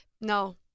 No